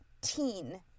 teen